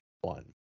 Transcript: one